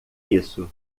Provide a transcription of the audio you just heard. isso